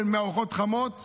מארוחות חמות.